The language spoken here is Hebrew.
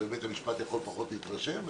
ובית-המשפט יכול לפחות להתרשם.